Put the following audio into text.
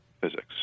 physics